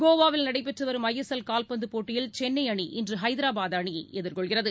கோவாவில் நடைபெற்று வரும் ஐஎஸ்எல் கால்பந்து போட்டியில் சென்னை அணி இன்று ஹைதராபாத் அணியை எதிர்கொள்கிறது